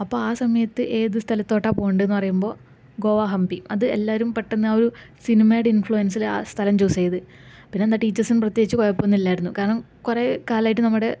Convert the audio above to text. അപ്പം ആ സമയത്ത് ഏതു സ്ഥലത്തോട്ടാണ് പോകേണ്ടതെന്ന് പറയുമ്പോൾ ഗോവ ഹംപി അത് എല്ലാവരും പെട്ടന്ന് ആ ഒരു സിനിമയുടെ ഇന്ഫ്ലുവനസില് ആ സ്ഥലം ചൂസ് ചെയ്തു പിന്നെന്താ ടീച്ചേഴ്സും പ്രത്യേകിച്ച് കുഴപ്പമൊന്നും ഇല്ലായിരുന്നു കാരണം കുറെ കാലമായിട്ട് നമ്മുടെ